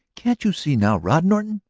can't you see now, rod norton?